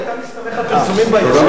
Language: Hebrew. אתה מסתמך על פרסומים בעיתון?